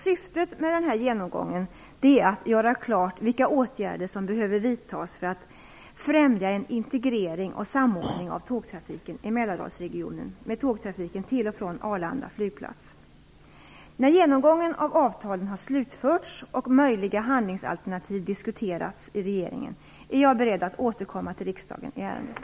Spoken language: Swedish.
Syftet med denna genomgång är att klargöra vilka åtgärder som behöver vidtas för att främja en integrering och samordning av tågtrafiken i Mälardalsregionen med tågtrafiken till och från Arlanda flygplats. När genomgången av avtalen har slutförts och möjliga handlingsalternativ diskuterats i regeringen är jag beredd att återkomma till riksdagen i ärendet.